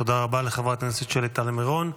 תודה רבה לחברת הכנסת שלי טל מירון.